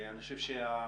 אני חושב שהמסקנה,